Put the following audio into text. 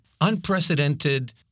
unprecedented